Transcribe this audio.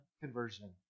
conversion